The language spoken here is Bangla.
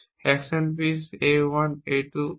action piece A 1 A 2 A k